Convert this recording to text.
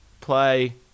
play